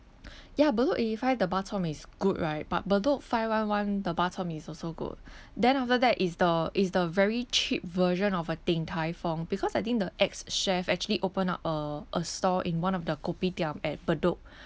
ya bedok eighty five the bak chor mee is good right but bedok five one one the bak chor mee is also good then after that is the is the very cheap version of a Din Tai Fung because I think the ex chef actually open up a a stall in one of the kopitiam at bedok